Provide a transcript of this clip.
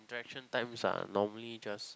direction times are normally just